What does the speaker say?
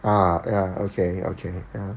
ah ya okay okay ya